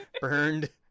Burned